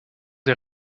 des